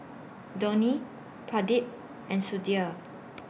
Dhoni Pradip and Sudhir